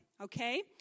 okay